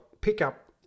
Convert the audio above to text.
pickup